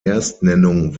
erstnennung